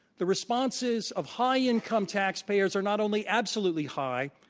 the responses of high income taxpayers are not only absolutely high,